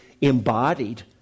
embodied